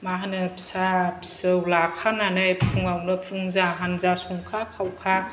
मा होनो फिसा फिसौ लाखानानै फुङावनो फुंजा हानजा संखा खावखा